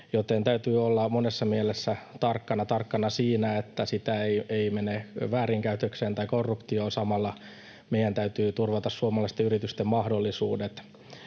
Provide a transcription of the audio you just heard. joten täytyy olla monessa mielessä tarkkana, tarkkana siinä, että sitä ei mene väärinkäytöksiin tai korruptioon, ja samalla meidän täytyy turvata suomalaisten yritysten mahdollisuudet.